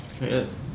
yes